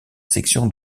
section